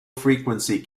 frequency